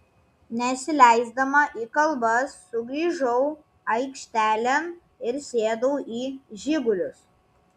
nesileisdama į kalbas sugrįžau aikštelėn ir sėdau į žigulius